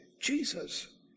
Jesus